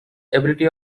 ability